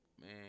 Man